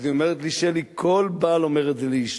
אז היא אומרת לי, שלי: כל בעל אומר את זה לאשתו,